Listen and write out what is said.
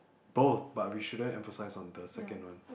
oh but we shouldn't emphasize on the second one